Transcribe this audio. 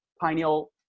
pineal